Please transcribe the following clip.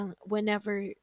Whenever